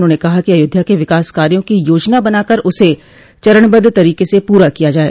उन्होंने कहा कि अयोध्या के विकास कार्यो की योजना बनाकर उसे चरणबद्ध तरीके से पूरा किया जाये